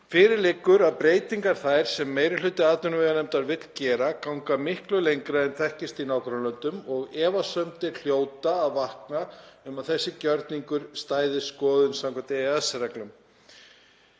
„Fyrir liggur að breytingar þær sem meiri hluti atvinnuveganefndar vill gera ganga miklu lengra en þekkist í nágrannalöndum og efasemdir hljóta að vakna um að þessi gjörningur stæðist skoðun samkvæmt EES-reglum.